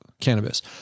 cannabis